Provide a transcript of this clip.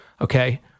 Okay